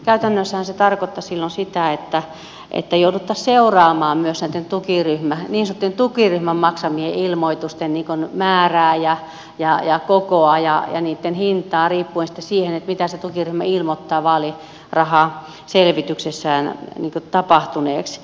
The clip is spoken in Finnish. käytännössähän se tarkoittaisi silloin sitä että jouduttaisiin seuraamaan myös näitten niin sanottujen tukiryhmän maksamien ilmoitusten määrää ja kokoa ja niitten hintaa riippuen sitten siitä mitä se tukiryhmä ilmoittaa vaalirahaselvityksessään tapahtuneeksi